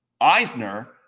Eisner